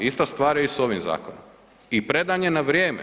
Ista stvar je i s ovim zakonom i predan je na vrijeme.